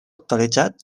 actualitzat